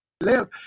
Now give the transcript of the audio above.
live